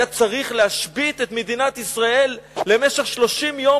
היה צריך להשבית את מדינת ישראל למשך 30 יום,